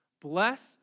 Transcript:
Blessed